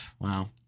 wow